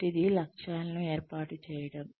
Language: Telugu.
మొదటిది లక్ష్యాలను ఏర్పాటు చేయడం